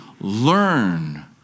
learn